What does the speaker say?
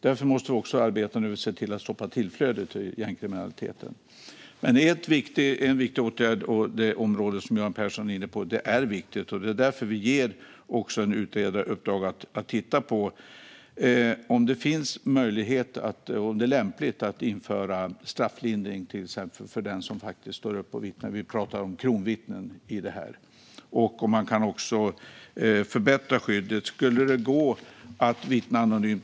Nu måste vi också arbeta för att stoppa tillflödet till gängkriminaliteten. Det område som Johan Pehrson är inne på är viktigt. Det är därför vi ger en utredare i uppdrag att titta på om det finns möjlighet och är lämpligt att till exempel införa strafflindring för den som står upp och vittnar - vi pratar om kronvittnen - och om man kan förbättra skyddet. Skulle det gå att vittna anonymt?